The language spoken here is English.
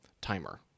timer